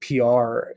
PR